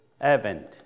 event